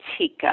Tika